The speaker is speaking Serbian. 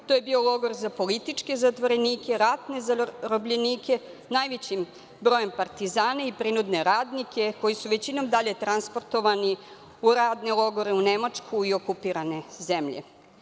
To je bio logor za političke zatvorenike, ratne zarobljenike, najvećim brojem partizana i prinudne radnike, koji su većinom dalje transportovani u radne logore u Nemačku i okupirane zemlje.